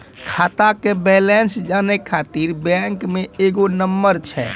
खाता के बैलेंस जानै ख़ातिर बैंक मे एगो नंबर छै?